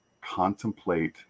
contemplate